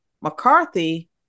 McCarthy